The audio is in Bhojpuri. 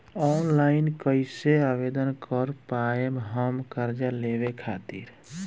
ऑनलाइन कइसे आवेदन कर पाएम हम कर्जा लेवे खातिर?